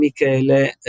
Michele